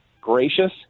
gracious